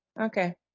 Okay